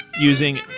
using